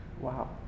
Wow